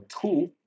tool